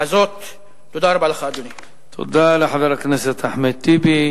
חבר הכנסת טיבי,